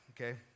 okay